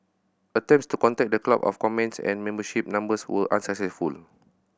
attempts to contact the club for comments and membership numbers were unsuccessful